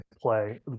play